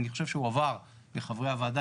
אני חושב שהועבר לחברי הוועדה,